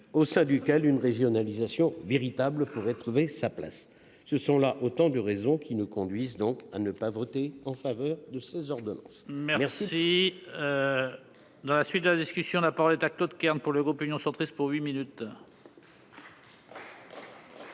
au sein duquel une régionalisation véritable pourrait trouver sa place. Ce sont autant de raisons qui nous conduisent à ne pas voter en faveur de la ratification